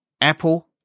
Apple